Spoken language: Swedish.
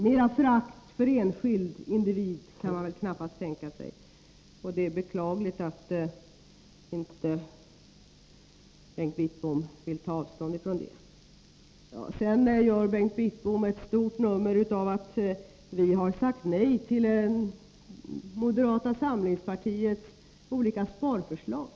Mera förakt för den enskilde individen kan man väl knappast tänka sig. Det är beklagligt att Bengt Wittbom inte vill ta avstånd från det. Sedan gjorde Bengt Wittbom ett stort nummer av att vi har sagt nej till moderata samlingspartiets olika sparförslag.